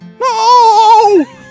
No